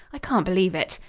i can't believe it.